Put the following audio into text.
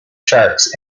sharks